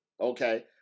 okay